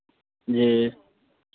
जी